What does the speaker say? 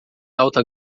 alta